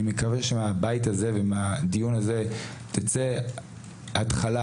אני מקווה שהבית הזה ומהדיון הזה תצא התחלה